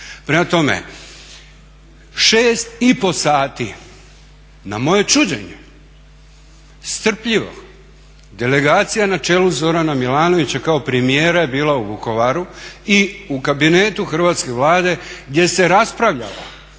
Prema tome, 6 i pol sati na moje čuđenje strpljivo delegacija na čelu Zorana Milanovića kao premijera je bila u Vukovaru i u kabinetu Hrvatske Vlade gdje se raspravljalo